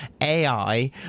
ai